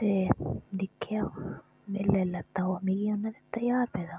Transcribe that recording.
ते दिक्खेआ में लेई लैता ओह् मिगी उनें दित्ता ज्हार रपेऽ दा